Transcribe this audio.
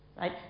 right